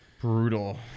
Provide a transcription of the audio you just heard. Brutal